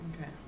Okay